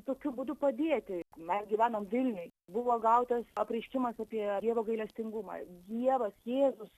tokiu būdu padėti mes gyvenom vilniuj buvo gautas apreiškimas apie dievo gailestingumą dievas jėzus